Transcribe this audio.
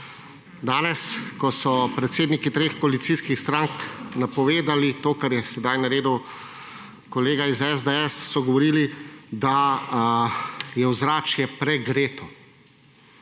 Danes, ko so predsedniki treh koalicijskih strank napovedali to, kar je sedaj naredil kolega iz SDS, so govorili, da je ozračje pregreto